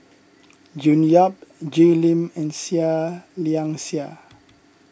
June Yap Jay Lim and Seah Liang Seah